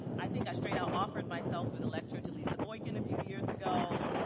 i think i straight out offered myself for the lecture to lisa boykin a few years ago,